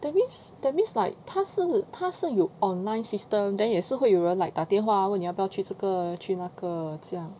that means that means like 他是他是有 online system then 也是会有人 like 打电话问你要不要去这个去那个这样